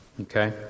Okay